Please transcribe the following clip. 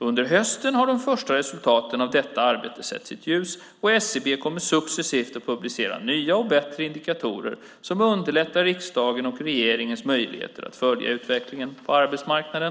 Under hösten har de första resultaten av detta arbete sett sitt ljus och SCB kommer successivt att publicera nya och bättre indikatorer som underlättar riksdagens och regeringens möjligheter att följa utvecklingen på arbetsmarknaden.